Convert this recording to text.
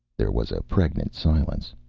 there was a pregnant silence.